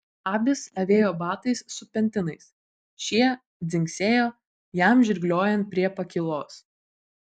abis avėjo batais su pentinais šie dzingsėjo jam žirgliojant prie pakylos